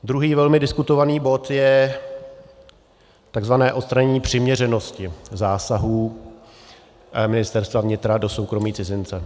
Druhý velmi diskutovaný bod je takzvané odstranění přiměřenosti zásahů Ministerstva vnitra do soukromí cizince.